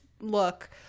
look